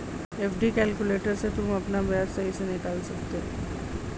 FD calculator से तुम अपना ब्याज सही से निकाल सकते हो